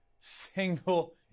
single